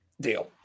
Deal